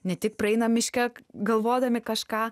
ne tik praeinam miške galvodami kažką